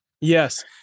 Yes